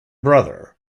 brother